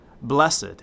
Blessed